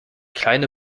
kleine